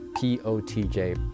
P-O-T-J